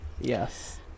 yes